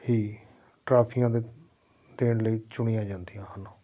ਹੀ ਟਰਾਫੀਆਂ ਦੇ ਦੇਣ ਲਈ ਚੁਣੀਆਂ ਜਾਂਦੀਆਂ ਹਨ